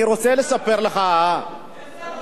אני רוצה לספר לך, יש שר אוצר.